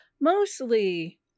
mostly